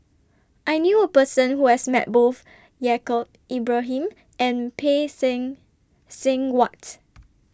I knew A Person Who has Met Both Yaacob Ibrahim and Phay Seng Seng Whatt